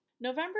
November